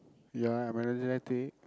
ya I'm energetic